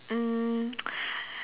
um